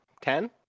Ten